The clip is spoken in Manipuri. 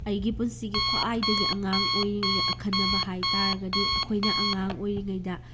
ꯑꯩꯒꯤ ꯄꯨꯟꯁꯤꯒꯤ ꯈ꯭ꯋꯥꯏꯗꯒꯤ ꯑꯉꯥꯡ ꯑꯣꯏꯔꯤꯉꯩꯒꯤ ꯑꯈꯟꯅꯕ ꯍꯥꯏꯇꯥꯔꯒꯗꯤ ꯑꯩꯈꯣꯏꯅ ꯑꯉꯥꯡ ꯑꯣꯏꯔꯤꯉꯩꯗ